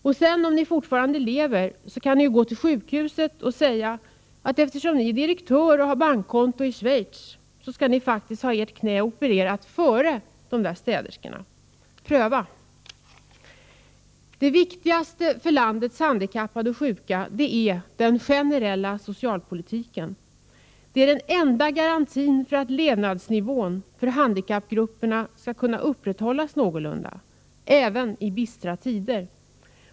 Gå därefter, om ni fortfarande lever, till sjukhuset och säg: Eftersom jag är direktör och har bankkonto i Schweiz, så skall jag faktiskt få mitt knä opererat före de där städerskorna. Pröva! Det viktigaste för landets handikappade och sjuka är den generella socialpolitiken. Den är den enda garantin för att levnadsnivån för handikappgrupperna skall kunna upprätthållas någorlunda, även i bistra tider.